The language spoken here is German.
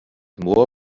moor